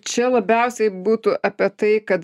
čia labiausiai būtų apie tai kad